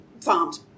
farmed